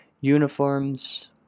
uniforms